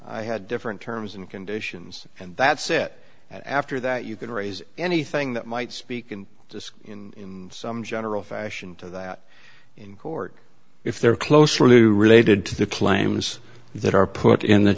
i had different terms and conditions and that's it after that you can raise anything that might speak in this in some general fashion to that in court if they're closely related to the claims that are put in the